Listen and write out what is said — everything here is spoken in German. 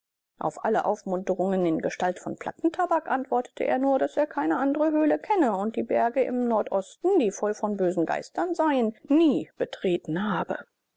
auf alle aufmunterungen in gestalt von plattentabak antwortete er nur daß er keine andre höhle kenne und die berge im nordosten die voll von bösen geistern seien nie betreten habe